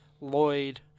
Lloyd